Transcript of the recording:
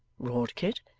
roared kit.